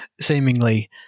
seemingly